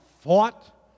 fought